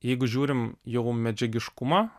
jeigu žiūrim jau į medžiagiškumą